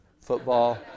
football